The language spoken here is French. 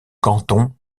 canton